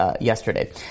yesterday